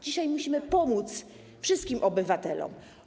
Dzisiaj musimy pomóc wszystkim obywatelom.